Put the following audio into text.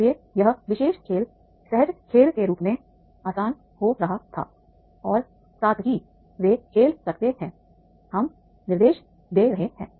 इसलिए यह विशेष खेल सहज खेल के रूप में आसान हो रहा था और साथ ही वे खेल सकते हैं हम निर्देश दे रहे हैं